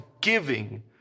giving